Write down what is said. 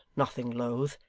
nothing loath,